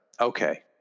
Okay